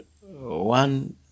one